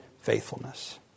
faithfulness